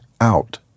out